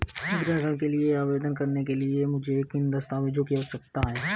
गृह ऋण के लिए आवेदन करने के लिए मुझे किन दस्तावेज़ों की आवश्यकता है?